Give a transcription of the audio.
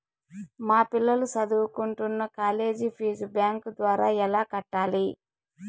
మా పిల్లలు సదువుకుంటున్న కాలేజీ ఫీజు బ్యాంకు ద్వారా ఎలా కట్టాలి?